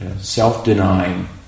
self-denying